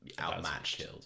outmatched